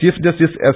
chief justice S